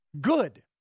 good